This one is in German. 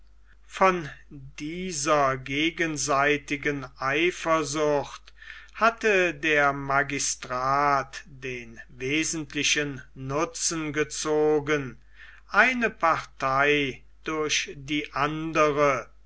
von dieser gegenseitigen eifersucht hatte der magistrat den wesentlichen nutzen gezogen eine partei durch die andere